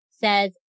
says